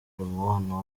umubano